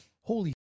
Holy